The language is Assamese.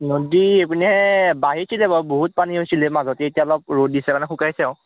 নদী এইপিনে বাঢ়িছিলে বাৰু বহুত পানী হৈছিলে মাজতে এতিয়া অলপ ৰ'দ দিছে মানে শুকাইছে আৰু